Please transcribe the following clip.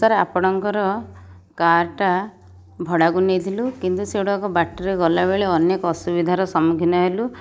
sir ଆପଣଙ୍କର car ଟା ଭଡ଼ାକୁ ନେଇଥିଲୁ କିନ୍ତୁ ସେଗୁଡ଼ାକ ବାଟରେ ଗଲାବେଳେ ଅନେକ ଅସୁବିଧାରେ ସମ୍ମୁଖୀନ ହେଲୁ